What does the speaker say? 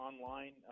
online